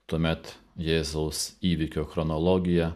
tuomet jėzaus įvykio chronologija